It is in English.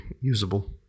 usable